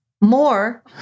More